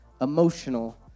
emotional